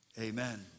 Amen